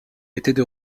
étaient